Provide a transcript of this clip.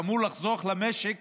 שאמור לחסוך למשק